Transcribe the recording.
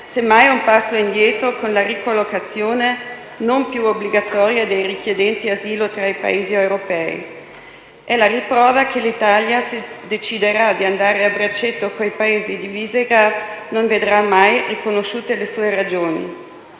semmai un passo indietro con la ricollocazione non più obbligatoria dei richiedenti asilo tra i Paesi europei. È la riprova che l'Italia, se deciderà di andare a braccetto con i Paesi del Gruppo di Visegrád, non vedrà mai riconosciute le sue ragioni.